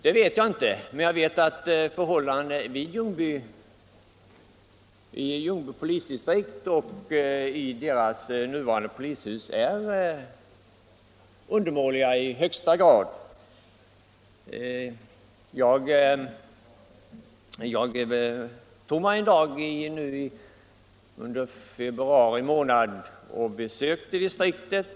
Det vet jag inte, men jag vet att förhållandena i Ljungby polisdistrikt och dess nuvarande polishus är undermåliga i högsta grad. En dag under februari månad besökte jag distriktet.